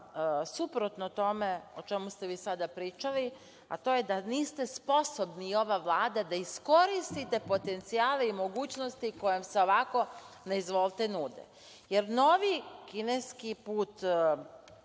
suprotno o tome o čemu ste vi sada pričali, a to je da niste sposobni i ova Vlada da iskoristite potencijale i mogućnosti koje se ovako na izvolte nude, jer novi kineski put